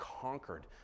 conquered